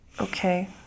Okay